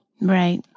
right